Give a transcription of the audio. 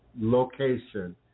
location